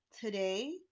Today